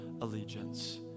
allegiance